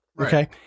Okay